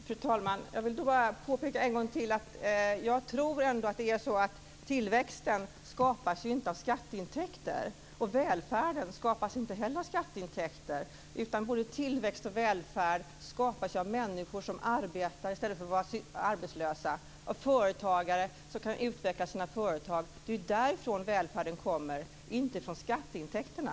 Fru talman! Jag vill då än en gång påpeka att tillväxten och välfärden inte skapas av skatteintäkter. Både tillväxt och välfärd skapas av människor som arbetar i stället för att vara arbetslösa och av företagare som kan utveckla sina företag. Det är ju därifrån som välfärden kommer, inte från skatteintäkterna.